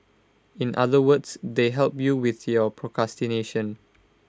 in other words they help you with your procrastination